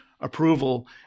approval